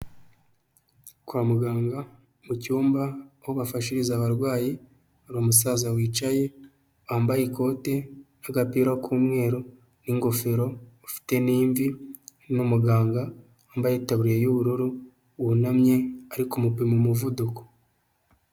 Kwa muganga mu cymba aho bafashiriza abarwayi ari umusaza wicaye wambaye ikote ry'agapira k'umweru n'ingofero ufite nimbi numuganga wambayetabu yubururu wunamye ariko kumupima umuvuduko.